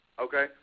Okay